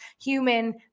human